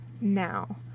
now